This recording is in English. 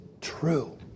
true